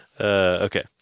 Okay